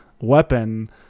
weapon